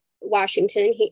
Washington